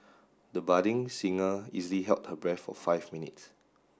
the budding singer easily held her breath for five minutes